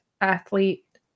Athlete